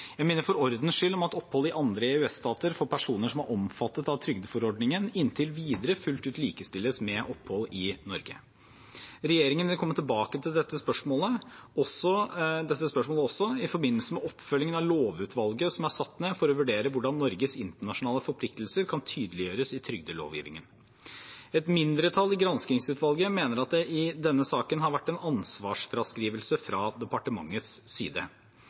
Jeg minner for ordens skyld om at opphold i andre EØS-stater for personer som er omfattet av trygdeforordningen, inntil videre fullt ut likestilles med opphold i Norge. Regjeringen vil komme tilbake til dette spørsmålet også i forbindelse med oppfølgingen av lovutvalget som er satt ned for å vurdere hvordan Norges internasjonale forpliktelser kan tydeliggjøres i trygdelovgivningen. Et mindretall i granskingsutvalget mener at det i denne saken har vært en ansvarsfraskrivelse fra departementets side.